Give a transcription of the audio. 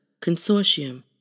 Consortium